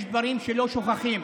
יש דברים שלא שוכחים.